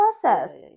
process